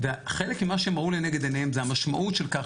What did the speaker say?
חלק ממה שהם ראו לנגד עיניהם זה המשמעות של כך